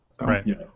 Right